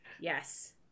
Yes